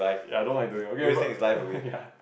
ya no migraine okay but err ya